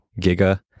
Giga